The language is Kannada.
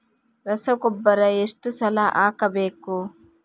ರಸಗೊಬ್ಬರ ಎಷ್ಟು ಸಲ ಹಾಕಬೇಕು?